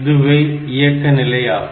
இதுவே இயக்க நிலை ஆகும்